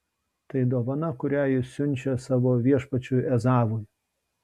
tai dovana kurią jis siunčia savo viešpačiui ezavui